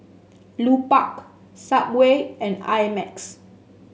Lupark Subway and I Max